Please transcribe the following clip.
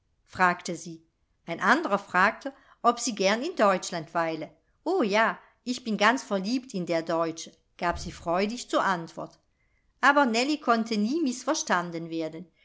fragte sie ein andrer fragte ob sie gern in deutschland weile o ja ich bin ganz verliebt in der deutsche gab sie freudig zur antwort aber nellie konnte nie mißverstanden werden